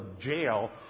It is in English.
jail